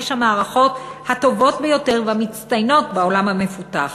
המערכות הטובות ביותר והמצטיינות בעולם המפותח.